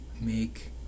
make